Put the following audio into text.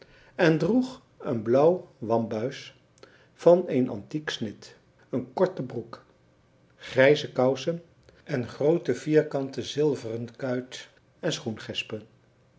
en droeg een blauw wambuis van een antiek snit een korte broek grijze kousen en groote vierkante zilveren kuit en